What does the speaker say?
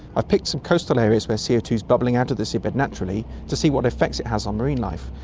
i've picked some coastal areas where co two is bubbling out of the sea bed naturally to see what effects it has on marine life,